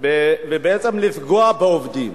ובעצם לפגוע בעובדים.